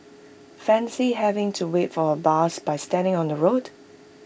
fancy having to wait for A bus by standing on the road